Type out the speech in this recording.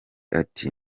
ati